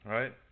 Right